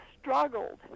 struggled